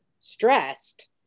stressed